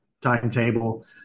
timetable